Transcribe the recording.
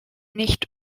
nicht